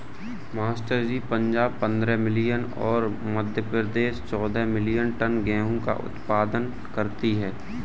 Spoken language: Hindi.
मास्टर जी पंजाब पंद्रह मिलियन और मध्य प्रदेश चौदह मिलीयन टन गेहूं का उत्पादन करती है